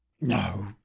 no